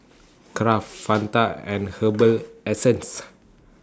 Kraft Fanta and Herbal Essences